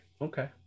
Okay